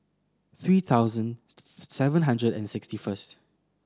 three thousand seven hundred and sixty first